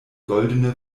goldene